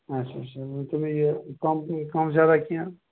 اچھا اچھا تُہۍ ؤنۍتَو مےٚ یہِ کَم کَم زٕیادہ کیٚنٛہہ